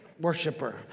worshiper